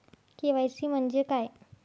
KYC म्हंजे काय?